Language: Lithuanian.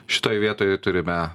šitoj vietoj turime